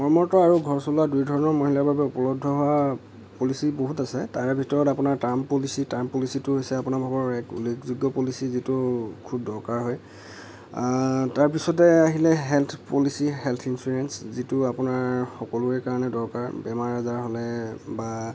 কৰ্মৰত আৰু ঘৰ চলোৱা দুয়োধৰণৰ মহিলাৰ বাবে উপলব্ধ হোৱা পলিচি বহুত আছে তাৰে ভিতৰত আপোনাৰ টাৰ্ম পলিচি টাৰ্ম পলিচিটো হৈছে আপোনাৰ ভাগৰ এক উল্লেখযোগ্য পলিচি যিটো খুব দৰকাৰ হয় তাৰপিছতে আহিলে হেল্থ পলিচি হেল্থ ইনছ'ৰেঞ্চ সকলোৰে কাৰণে দৰকাৰ বেমাৰ আজাৰ হ'লে বা